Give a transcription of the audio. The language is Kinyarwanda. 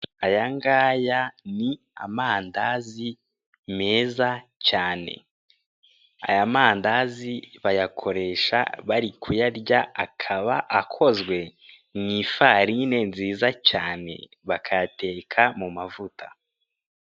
Aya ngaya ni amandazi meza cyane, aya mandazi bayakoresha bari kuyarya akaba akozwe mu ifarine nziza cyane bakayateka mu mavuta.